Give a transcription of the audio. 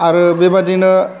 आरो बेबायदिनो